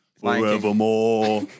Forevermore